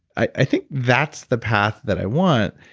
i i think that's the path that i want,